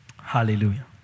Hallelujah